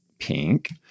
pink